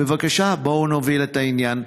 בבקשה, בואו נוביל את העניין.